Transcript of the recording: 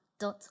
dot